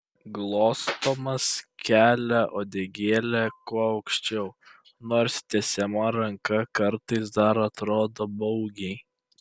glostomas kelia uodegėlę kuo aukščiau nors tiesiama ranka kartais dar atrodo baugiai